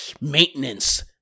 maintenance